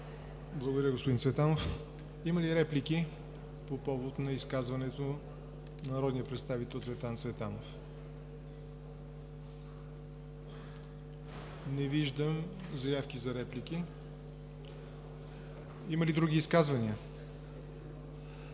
Благодаря, господин Цветанов. Има ли реплики по повод изказването на народния представител Цветан Цветанов? Не виждам заявки за реплики. Има ли други изказвания?